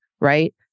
right